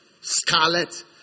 scarlet